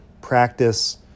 practice